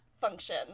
function